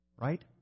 right